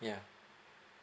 yeah